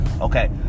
Okay